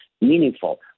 meaningful